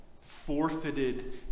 Forfeited